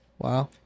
Wow